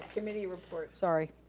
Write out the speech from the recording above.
um committee reports. sorry.